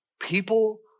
people